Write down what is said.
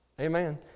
Amen